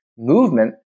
movement